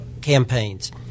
campaigns